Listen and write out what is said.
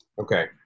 Okay